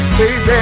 baby